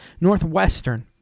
Northwestern